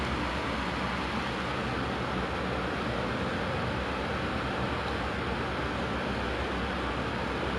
so like I just joined it so I'm trying to start drawing again like I really rindu art lah